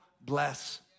bless